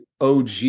OG